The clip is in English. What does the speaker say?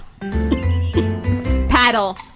Paddle